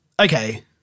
Okay